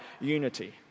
unity